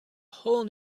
whole